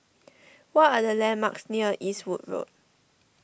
what are the landmarks near Eastwood Road